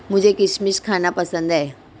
मुझें किशमिश खाना पसंद है